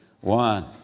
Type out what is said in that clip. One